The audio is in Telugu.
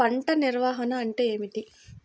పంట నిర్వాహణ అంటే ఏమిటి?